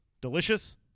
Delicious